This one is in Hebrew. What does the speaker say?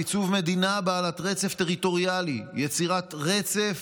עיצוב מדינה בעלת רצף טריטוריאלי, יצירת רצף